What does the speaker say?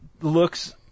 looks